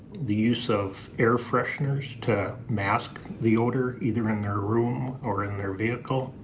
the use of air fresheners to mask the odor either in their room or in their vehicle.